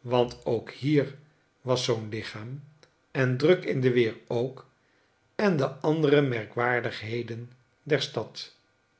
want ook hier was zoo'n lichaam en druk in de weer ook en de andere merkwaardigheden der stad